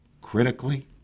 critically